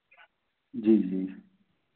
जी जी